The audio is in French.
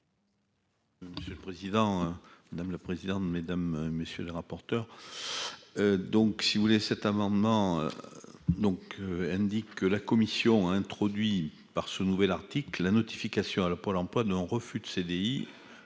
Monsieur le président, madame la présidente, mesdames, messieurs les rapporteurs donc si vous voulez, cet amendement donc indique que la commission a introduit par ce nouvel Arctic la notification alors pour l'emploi dont refus de CDI